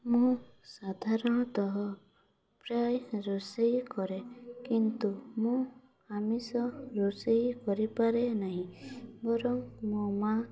ମୁଁ ସାଧାରଣତଃ ପ୍ରାୟ ରୋଷେଇ କରେ କିନ୍ତୁ ମୁଁ ଆମିଷ ରୋଷେଇ କରିପାରେ ନାହିଁ ମୋର ମୋ ମାଆ